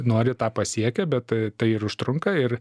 nori tą pasiekia bet tai ir užtrunka ir